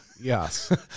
yes